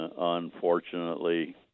Unfortunately